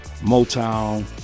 Motown